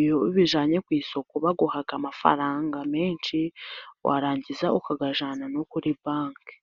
iyo uzijyanye ku isoko baguha amafaranga menshi, warangiza ukayajyana no kuri banki.